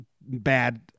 bad